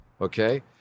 okay